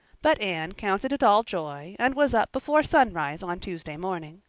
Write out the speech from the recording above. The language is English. but anne counted it all joy, and was up before sunrise on tuesday morning.